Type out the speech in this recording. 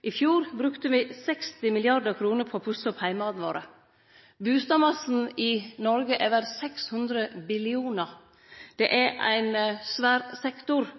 I fjor brukte me 60 mrd. kr til å pusse opp heimane våre. Bustadmassen i Noreg er verd 600 billionar kr. Det er ein svær sektor